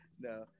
No